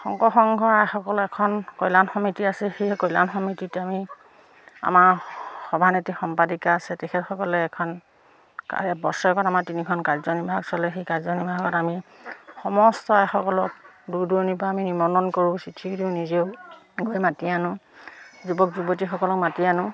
শংকৰ সংঘৰ আইসকলৰ এখন কল্যাণ সমিতি আছে সেই কল্যাণ সমিতিতে আমি আমাৰ সভানেত্ৰী সম্পাদিকা আছে তেখেতসকলে এখন বছৰেকত আমাৰ তিনিখন কাৰ্যনিৰ্বাহক চলে সেই কাৰ্যনিৰ্বাহকত আমি সমস্ত আইসকলক দূৰ দূৰণিৰ পৰা আমি নিমন্ত্ৰণ কৰোঁ চিঠি দিওঁ নিজেও গৈ মাতি আনো যুৱক যুৱতীসকলক মাতি আনো